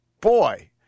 boy